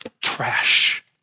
trash